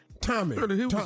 Tommy